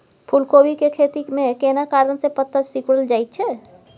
फूलकोबी के खेती में केना कारण से पत्ता सिकुरल जाईत छै?